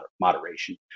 moderation